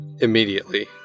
immediately